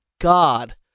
God